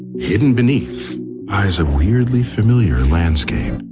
hidden beneath lies a weirdly familiar landscape.